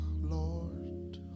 Lord